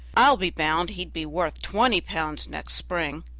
i'll be bound he'd be worth twenty pounds next spring.